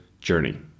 journey